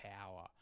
power